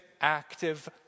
active